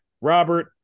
Robert